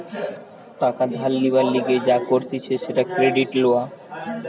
টাকা ধার লিবার লিগে যা করতিছে সেটা ক্রেডিট লওয়া